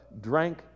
drank